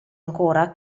ancora